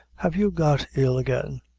have you got ill again?